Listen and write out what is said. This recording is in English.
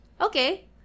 Okay